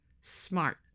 smart